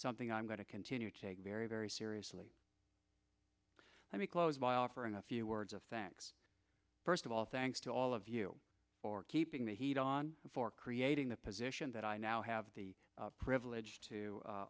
something i'm going to continue to take very very seriously let me close by offering a few words of thanks first of all things to all of you for keeping the heat on for creating the position that i now have the privilege to